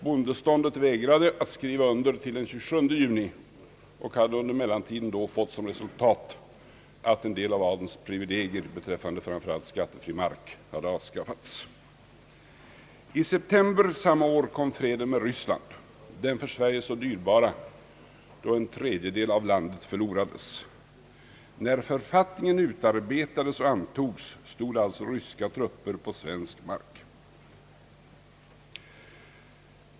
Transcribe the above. Bondeståndet vägrade att skriva under till den 27 juni och hade under mellantiden fått som resultat att en del av adelns privilegier beträffande framför allt skattefri mark hade avskaffats. I september samma år kom freden med Ryssland, den för Sverige så dyrbara, då en tredjedel av landet förlorades. När författningen utarbetades och antogs stod alltså ryska trupper på svensk mark.